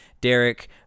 Derek